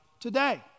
today